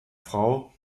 frau